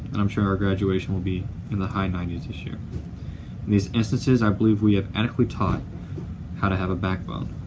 and i'm sure our graduation will be in the high ninety s this year. in these instances, i believe we have adequately taught how to have a backbone.